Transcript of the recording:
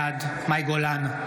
בעד מאי גולן,